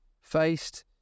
faced